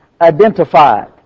identified